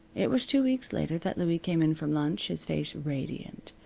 it was two weeks later that louie came in from lunch, his face radiant.